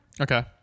okay